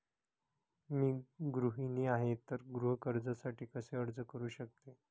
मी गृहिणी आहे तर गृह कर्जासाठी कसे अर्ज करू शकते?